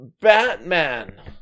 Batman